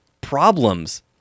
problems